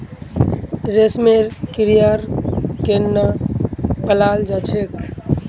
रेशमेर कीड़ाक केनना पलाल जा छेक